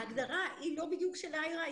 ההגדרה היא לא בדיוק של האיירה.